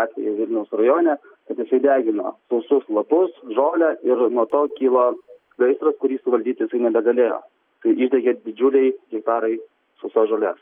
atvejį vilniaus rajone kad jisai degino sausus lapus žolę ir nuo to kilo gaisras kurį suvaldyt jisai nebegalėjo tai išdegė didžiuliai hektarai sausos žolės